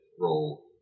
role